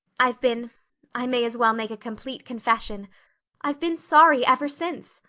i've been i may as well make a complete confession i've been sorry ever since.